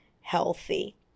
healthy